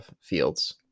fields